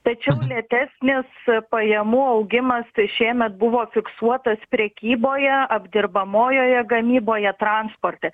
tačiau lėtesnis pajamų augimas šiemet buvo fiksuotas prekyboje apdirbamojoje gamyboje transporte